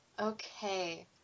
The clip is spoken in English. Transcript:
okay